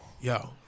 Yo